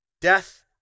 Death